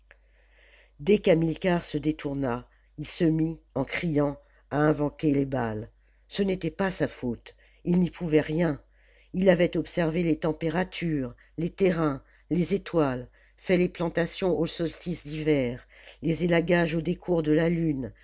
dès qu'hamilcar se détourna il se mit en criant à invoquer les baals ce n'était pas sa faute il n'y pouvait rien il avait observé les températures les terrains les étoiles fait les plantations au solstice d'hiver les élagages au décours de la lune